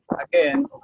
again